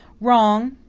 wrong.